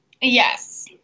Yes